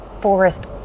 forest